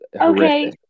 okay